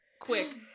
Quick